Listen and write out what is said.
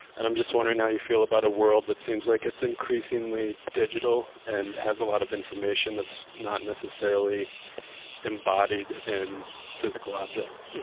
and i'm just wondering how you feel about a world that seems like it's increasingly digital and has a lot of information that's not necessarily embodied in physical objects